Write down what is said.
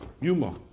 Yuma